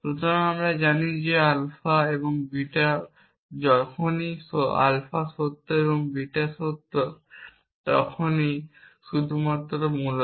সুতরাং আমরা জানি যে আলফা এবং বিটা সত্য যখনই আলফা সত্য এবং বিটা সত্য এবং শুধুমাত্র তখনই মূলত